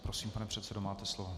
Prosím, pane předsedo, máte slovo.